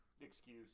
excuse